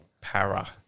Para